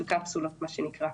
של קפסולות מה שנקרא,